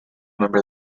member